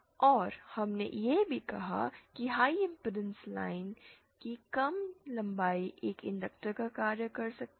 और हमने यह भी कहा कि हाई इंपेडेंस लाइन की कम लंबाई एक इंडक्टर का कार्य कर सकते हैं